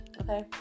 Okay